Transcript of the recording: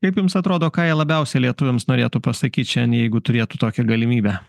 kaip jums atrodo ką jie labiausiai lietuviams norėtų pasakyt šiandien jeigu turėtų tokią galimybę